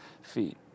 feet